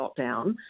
lockdown